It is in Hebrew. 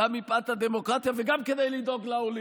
גם מפאת הדמוקרטיה וגם כדי לדאוג לעולים,